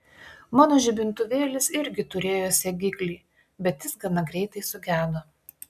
mano žibintuvėlis irgi turėjo segiklį bet jis gana greitai sugedo